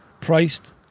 priced